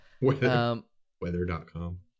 Weather.com